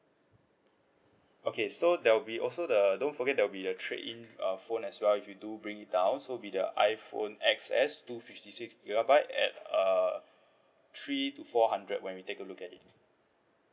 okay so there will be also the don't forget there will be a trade in uh phone as well if you do bring it down so will be the iphone X S two fifty six gigabyte at err three to four hundred when we take a look at it